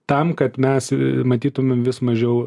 tam kad mes matytumėm vis mažiau